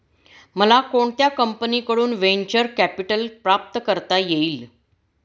मला कोणत्या कंपनीकडून व्हेंचर कॅपिटल प्राप्त करता येईल?